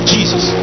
Jesus